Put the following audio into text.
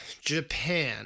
Japan